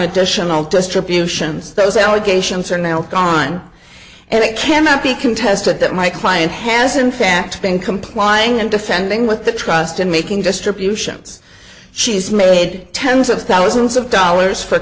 additional distributions those allegations are now gone and it cannot be contested that my client has in fact been complying and defending with the trust in making distributions she's made tens of thousands of dollars for